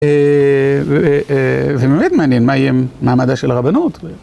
ובאמת מעניין מה יהיה עם מעמדה של הרבנות.